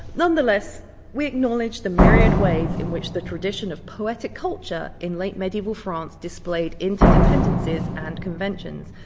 nonetheless, we acknowledge the myriad ways in which the tradition of poetic culture in late medieval france displayed interdependencies and conventions,